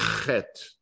chet